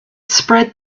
spread